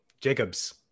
jacobs